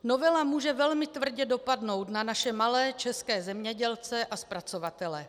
Novela může velmi tvrdě dopadnou na naše malé české zemědělce a zpracovatele.